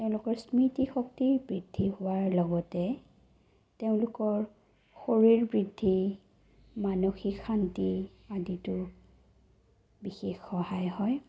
তেওঁলোকৰ স্মৃতি শক্তি বৃদ্ধি হোৱাৰ লগতে তেওঁলোকৰ শৰীৰ বৃদ্ধি মানসিক শান্তি আদিতো বিশেষ সহায় হয়